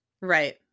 Right